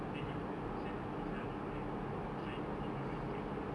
then he wanted to send the pizza in like five minute or not he get fired